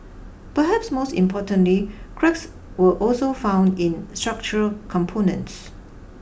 perhaps most importantly cracks were also found in structural components